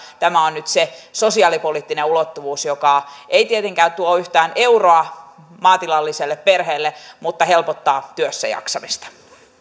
tämä on nyt se sosiaalipoliittinen ulottuvuus joka ei tietenkään tuo yhtään euroa maatilalliselle perheelle mutta helpottaa työssäjaksamista